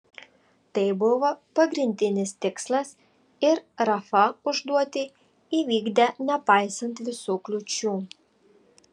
tai buvo pagrindinis tikslas ir rafa užduotį įvykdė nepaisant visų kliūčių